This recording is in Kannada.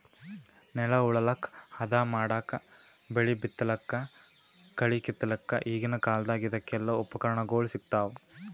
ನೆಲ ಉಳಲಕ್ಕ್ ಹದಾ ಮಾಡಕ್ಕಾ ಬೆಳಿ ಬಿತ್ತಲಕ್ಕ್ ಕಳಿ ಕಿತ್ತಲಕ್ಕ್ ಈಗಿನ್ ಕಾಲ್ದಗ್ ಇದಕೆಲ್ಲಾ ಉಪಕರಣಗೊಳ್ ಸಿಗ್ತಾವ್